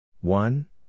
one